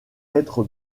être